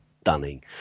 stunning